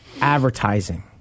advertising